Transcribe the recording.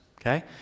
okay